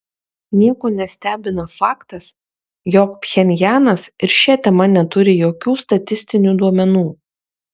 nieko nestebina faktas jog pchenjanas ir šia tema neturi jokių statistinių duomenų